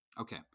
Okay